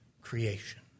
creation